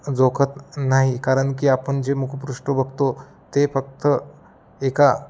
जोखत नाही कारण की आपण जे मुखपृष्ठ बघतो ते फक्त एका